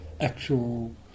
actual